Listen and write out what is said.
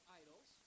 idols